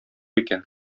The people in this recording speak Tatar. икән